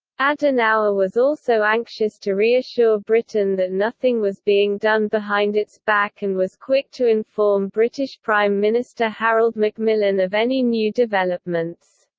adenauer was also anxious to reassure britain that nothing was being done behind its back and was quick to inform british prime minister harold macmillan of any new developments.